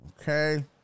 Okay